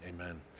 Amen